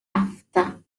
after